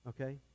okay